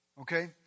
Okay